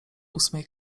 ósmej